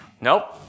Nope